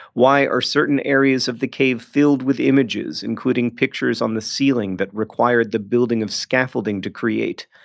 why are certain areas of the cave filled with images, including pictures on the ceiling that required the building of scaffolding to create,